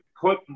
put